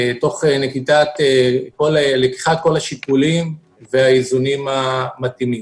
תוך לקיחת כל השיקולים והאיזונים המתאימים.